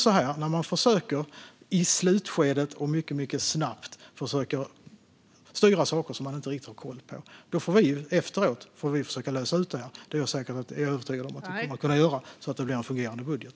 När man i slutskedet och mycket snabbt försöker styra saker som man inte har riktig koll på får vi efteråt försöka lösa detta. Det är jag övertygad om att vi kommer att kunna göra så att det blir en fungerande budget.